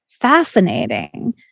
fascinating